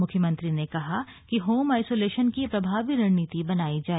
मुख्यमंत्री ने कहा कि होम आइसोलेशन की प्रभावी रणनीति बनाई जाए